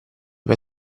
per